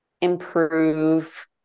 improve